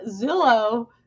Zillow